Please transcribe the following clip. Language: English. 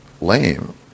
lame